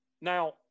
Now